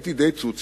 הייתי די צוציק,